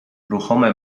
ruchome